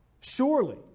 Surely